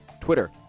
Twitter